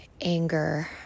anger